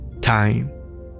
time